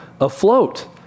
afloat